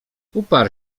uparł